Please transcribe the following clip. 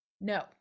no